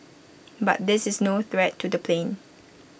but this is no threat to the plane